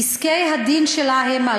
פסקי-הדין שלה הם,